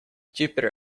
jupiter